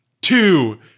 two